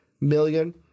million